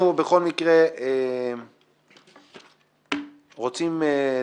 אנחנו בכל מקרה רוצים להמשיך.